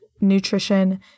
nutrition